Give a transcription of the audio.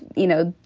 you know,